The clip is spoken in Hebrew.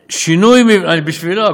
בשבילו.